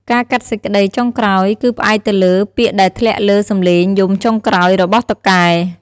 ការកាត់សេចក្តីចុងក្រោយគឺផ្អែកទៅលើ ពាក្យដែលធ្លាក់លើសំឡេងយំចុងក្រោយ របស់តុកែ។